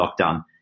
lockdown